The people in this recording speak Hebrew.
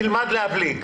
תלמד להבליג.